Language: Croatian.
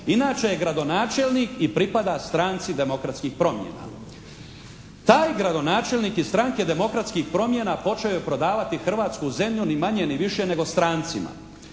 Inače je gradonačelnik i pripada Stranci demokratskih promjena. Taj gradonačelnik iz Stranke demokratskih promjena počeo je prodavati hrvatsku zemlju ni manje ni više nego strancima.